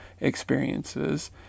experiences